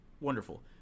Wonderful